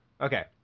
Okay